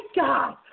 God